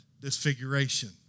disfiguration